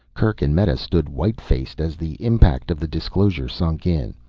kerk and meta stood white-faced as the impact of the disclosure sunk in.